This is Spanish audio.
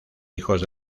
hijos